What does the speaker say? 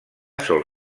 sol